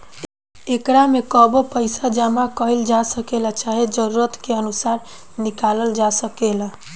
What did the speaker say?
एकरा में कबो पइसा जामा कईल जा सकेला, चाहे जरूरत के अनुसार निकलाल जा सकेला